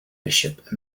bishop